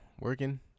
Working